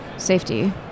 Safety